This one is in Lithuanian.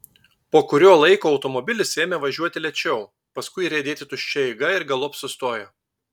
po kurio laiko automobilis ėmė važiuoti lėčiau paskui riedėti tuščia eiga ir galop sustojo